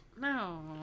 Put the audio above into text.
No